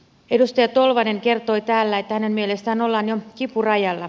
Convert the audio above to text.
edustaja tolvanen kertoi täällä että hänen mielestään ollaan jo kipurajalla